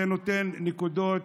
זה נותן נקודות